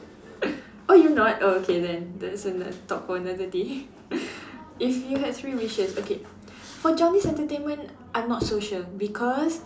oh you not oh okay then that's another talk for another day if you had three wishes okay for Johnny's Entertainment I'm not so sure because